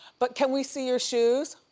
but can we see your shoes?